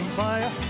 fire